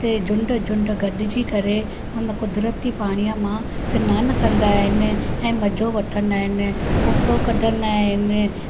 उते झुंडु झुंडु गॾिजी करे उन क़ुदरती पाणीअ मां सनानु कंदा आहिनि ऐं मज़ो वठंदा आहिनि फ़ोटो कढंदा आहिनि